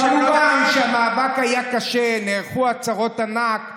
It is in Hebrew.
כמובן שהמאבק היה קשה, נערכו עצרות ענק בעניין,